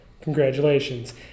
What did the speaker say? Congratulations